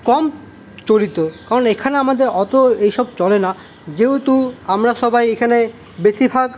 কম চলিত কারণ এখানে আমদের অত এইসব চলে না যেহেতু আমরা সবাই এখানে বেশীরভাগ